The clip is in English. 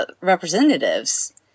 representatives